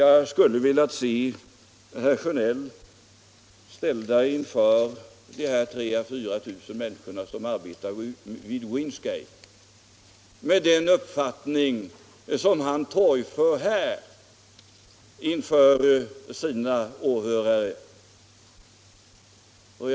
Jag skulle ha velat se herr Sjönell ställd inför de 3 000-4 000 människor som arbetar vid Windscale med den uppfattning som han torgför inför sina åhörare här.